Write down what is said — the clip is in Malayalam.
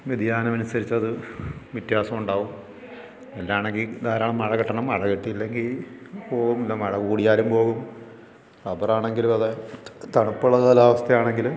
വ്യതിയാനം അനുസരിച്ചത് വ്യത്യാസമുണ്ടാകും നെല്ലാണെങ്കിൽ ധാരാളം മഴ കിട്ടണം മഴ കിട്ടിയില്ലെങ്കിൽ പോകും പിന്നെ മഴ കൂടിയാലും പോകും റബ്ബർ ആണെങ്കിലും അതേ തണുപ്പുള്ള കാലാവസ്ഥ ആണെങ്കിൽ